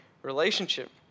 relationship